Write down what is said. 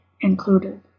included